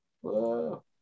Whoa